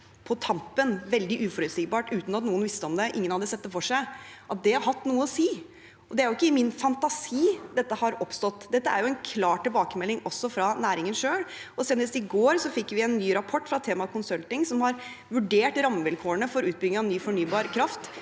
på tampen – veldig uforutsigbart, ingen visste om det, ingen hadde sett det for seg – har hatt noe å si? Det er ikke i min fantasi dette har oppstått. Dette er en klar tilbakemelding også fra næringen selv. Senest i går fikk vi en ny rapport fra Thema Consulting, som har vurdert rammevilkårene for utbygging av ny fornybar kraft